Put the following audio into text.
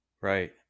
Right